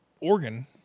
organ